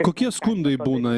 kokie skundai būna